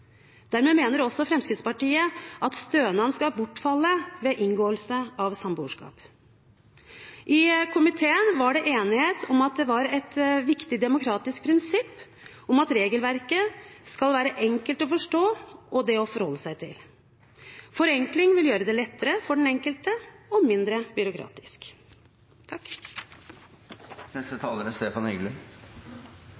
Dermed mener Fremskrittspartiet at stønad skal bortfalle ved inngåelse av samboerskap. I komiteen var det enighet om at det er et viktig demokratisk prinsipp at regelverket skal være enkelt å forstå og forholde seg til. Forenkling vil gjøre det lettere for den enkelte og mindre byråkratisk. Dette er